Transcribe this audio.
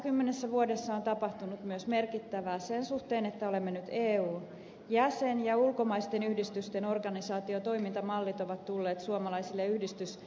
kahdessakymmenessä vuodessa on tapahtunut myös merkittävää sen suhteen että olemme nyt eun jäsen ja ulkomaisten yhdistysten organisaatiotoimintamallit ovat tulleet suomalaisille yhdistysihmisille tutuiksi